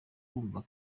wumva